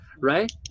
right